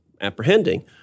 apprehending